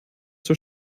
zur